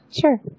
sure